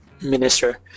minister